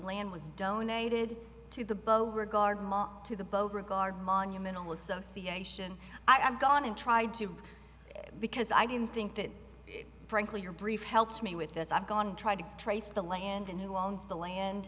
land was donated to the beauregard to the boat regarding monumental association i've gone and tried to because i didn't think that frankly your brief helps me with that i've gone trying to trace the land and who owns the land